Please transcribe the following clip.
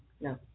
No